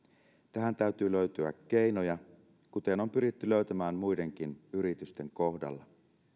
tähän täytyy löytyä keinoja kuten on pyritty löytämään muidenkin yritysten kohdalla